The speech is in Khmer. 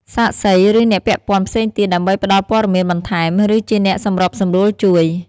សាក្សី ឬអ្នកពាក់ព័ន្ធផ្សេងទៀត ដើម្បីផ្តល់ព័ត៌មានបន្ថែម ឬជាអ្នកសម្របសម្រួលជួយ។